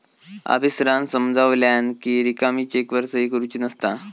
आफीसरांन समजावल्यानं कि रिकामी चेकवर सही करुची नसता